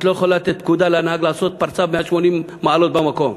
את לא יכולה לתת פקודה לנהג לעשות פרסה ב-180 מעלות במקום.